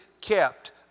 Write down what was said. kept